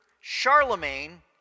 Charlemagne